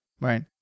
Right